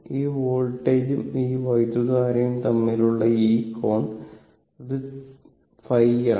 ഈ വോൾട്ടേജും ഈ വൈദ്യുതധാരയും തമ്മിലുള്ള ഈ കോൺ അത് ϕ ആണ്